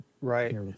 Right